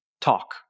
talk